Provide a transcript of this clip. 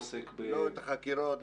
לא קיבלנו את החקירות.